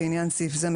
לעניין סעיף זה,